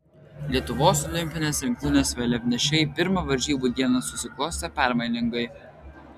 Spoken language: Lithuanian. lietuvos olimpinės rinktinės vėliavnešei pirma varžybų diena susiklostė permainingai